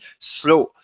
slow